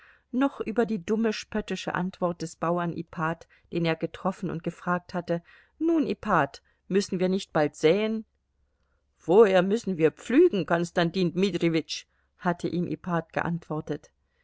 noch über die dumme spöttische antwort des bauern ipat den er getroffen und gefragt hatte nun ipat müssen wir nicht bald säen vorher müssen wir pflügen konstantin dmitrijewitsch hatte ihm ipat geantwortet